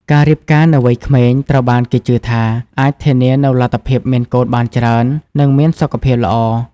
ការរៀបការនៅវ័យក្មេងត្រូវបានគេជឿថាអាចធានានូវលទ្ធភាពមានកូនបានច្រើន និងមានសុខភាពល្អ ។